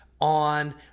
on